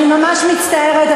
אני ממש מצטערת,